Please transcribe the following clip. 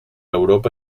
europa